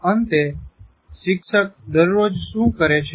અંતે શિક્ષક દરરોજ શું કરે છે